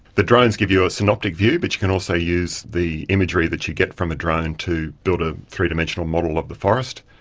the drones give you a synoptic view but you can also use the imagery that you get from a drone to build a three-dimensional model of the forest.